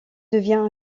devient